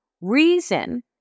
reason